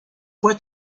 fue